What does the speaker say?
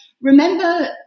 remember